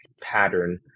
pattern